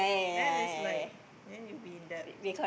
then it's like then you'll be in debt